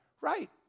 Right